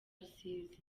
rusizi